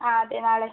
ആ അതെ നാളെ